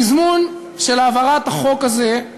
של העברת החוק הזה הוא